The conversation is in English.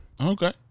Okay